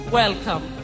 welcome